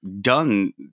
done